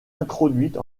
introduite